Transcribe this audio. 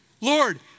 Lord